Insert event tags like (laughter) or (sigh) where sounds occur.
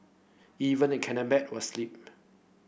even the (unintelligible) was slip